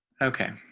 okay.